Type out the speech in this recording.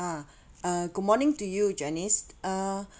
ah uh good morning to you janice uh